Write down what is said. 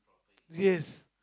yes